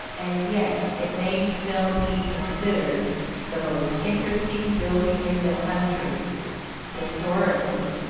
and yet it may still be considered the most interesting building in the country historically,